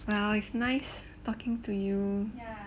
well it's nice talking to you